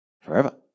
Forever